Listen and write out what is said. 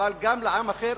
אבל גם לעם אחר,